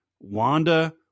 wanda